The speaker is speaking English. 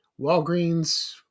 Walgreens